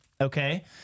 okay